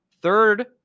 Third